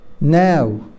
now